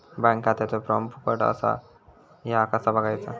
Bank खात्याचो form फुकट असा ह्या कसा बगायचा?